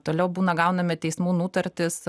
toliau būna gauname teismų nutartis